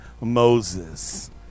Moses